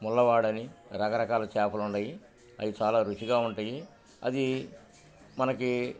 ముల్లవాడని రకరకాల చేపలుండయి అవి చాలా రుచిగా ఉంటాయి అది మనకి